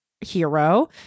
hero